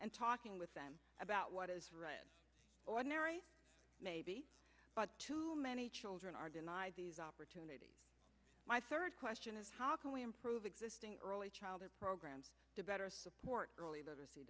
and talking with them about what is ordinary maybe but too many children are denied these opportunities my third question is how can we improve existing early childhood programs to better support early